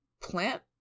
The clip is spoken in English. plant